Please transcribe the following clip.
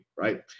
Right